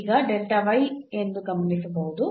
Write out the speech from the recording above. ಈಗ ಇದು ಎಂದು ಗಮನಿಸಬಹುದು